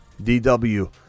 dw